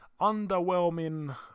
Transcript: underwhelming